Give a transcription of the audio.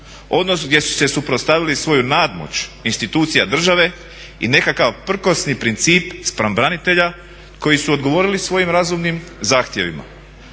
odnos gdje su se suprotstavili svoju nadmoć institucija države i nekakav prkosni princip spram branitelja koji su odgovorili svojim razumnim zahtjevima.